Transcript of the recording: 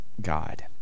God